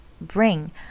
bring